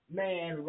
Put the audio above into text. man